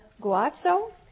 Guazzo